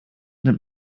nimmt